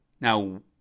Now